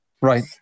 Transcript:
Right